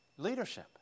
Leadership